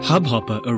HubHopper